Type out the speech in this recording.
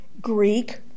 Greek